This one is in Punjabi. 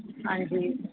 ਹਾਂਜੀ